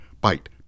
bite